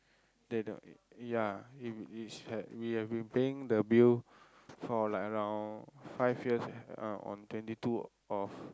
they don't~ ya it is we have been paying the bill for like around five years ah on twenty two of